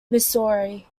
missouri